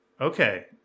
Okay